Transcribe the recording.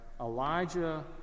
Elijah